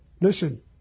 Listen